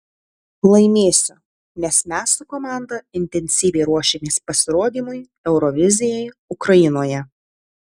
laimėsiu nes mes su komanda intensyviai ruošiamės pasirodymui eurovizijai ukrainoje